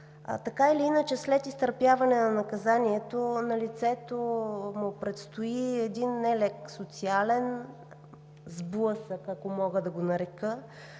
Така или иначе след изтърпяване на наказанието на лицето му предстои един нелек социален сблъсък, ако мога да го нарека,